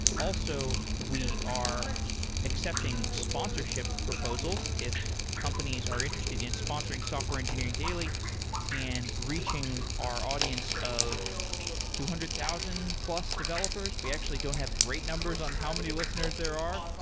also, we are accepting sponsorship proposals if companies are interested in sponsoring software engineering daily and reaching our audience of two hundred thousand plus developers. we actually don't have great numbers on how many listeners there are,